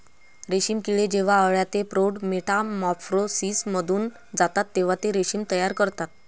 रेशीम किडे जेव्हा अळ्या ते प्रौढ मेटामॉर्फोसिसमधून जातात तेव्हा ते रेशीम तयार करतात